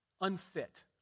unfit